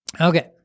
Okay